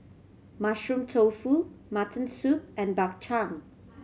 Mushroom Tofu mutton soup and Bak Chang